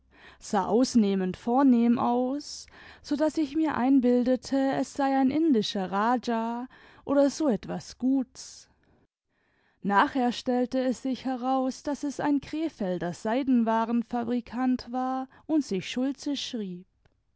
sah ausnehmend vornehm aus so daß ich mir einbildete es sei ein indischer rajah oder so etwas gut's nachher stellte es sich heraus daß es ein krefelder seidenwarenfabrikant war und sich schulze schrieb